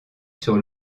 sur